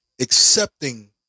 accepting